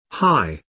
Hi